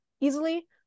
easily